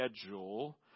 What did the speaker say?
schedule